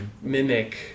mimic